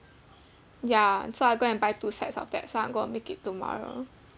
ya so I go and buy two sets of that so I'm going to make it tomorrow